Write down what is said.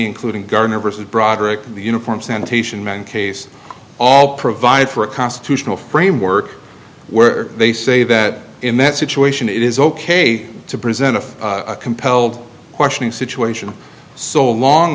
including governor versus broderick the uniform sanitation man case all provide for a constitutional framework where they say that in that situation it is ok to present a compelled questioning situation so long